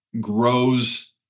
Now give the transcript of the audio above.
grows